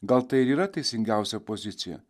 gal tai ir yra teisingiausia pozicija